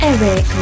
Eric